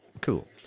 Cool